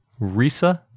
Risa